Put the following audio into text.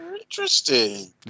Interesting